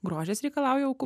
grožis reikalauja aukų